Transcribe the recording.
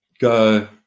go